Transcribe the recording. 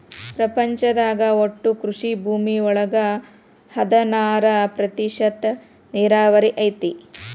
ಪ್ರಪಂಚದಾಗ ಒಟ್ಟು ಕೃಷಿ ಭೂಮಿ ಒಳಗ ಹದನಾರ ಪ್ರತಿಶತಾ ನೇರಾವರಿ ಐತಿ